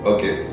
Okay